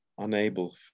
Unable